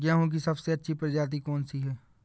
गेहूँ की सबसे अच्छी प्रजाति कौन सी है?